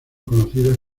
conocidas